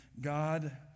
God